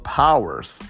powers